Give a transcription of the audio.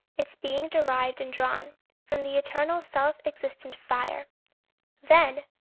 its being derived and drawn from the eternal self-existent fire then,